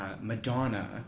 Madonna